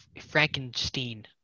Frankenstein